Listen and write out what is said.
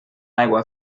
aigua